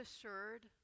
assured